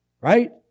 right